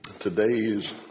today's